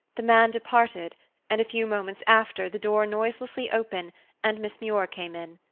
the man departed and a few moments after the door noiselessly opened and miss muir came in.